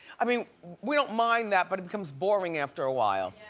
i mean we don't mind that but it becomes boring after a while.